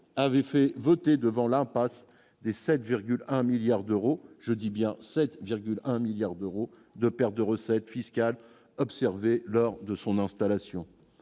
avait fait voter devant l'impasse des 7,1 milliards d'euros, je dis bien 7,1 milliards d'euros de pertes de recettes fiscales lors de son installation